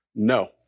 No